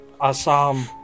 Assam